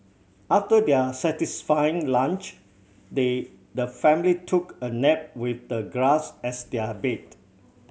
after their satisfying lunch they the family took a nap with the grass as their bed